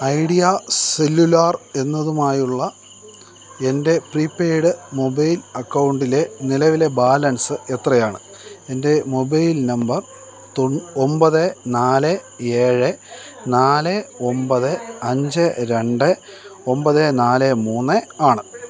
idea Cellular എന്നതുമായുള്ള എൻ്റെ prepaid mobile അക്കൗണ്ടിലെ നിലവിലെ ബാലൻസ് എത്രയാണ് എൻ്റെ മൊബൈൽ നമ്പർ തൊൺ ഒമ്പത് നാല് ഏഴ് നാല് ഒമ്പത് അഞ്ച് രണ്ട് ഒമ്പത് നാല് മൂന്ന് ആണ്